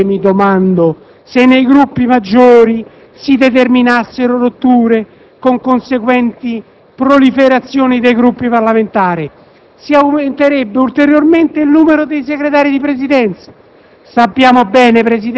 Che cosa avverrebbe - mi domando - se nei Gruppi maggiori si determinassero rotture con conseguenti proliferazioni dei Gruppi parlamentari? Si aumenterebbe ulteriormente il numero dei Segretari di Presidenza.